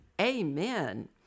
amen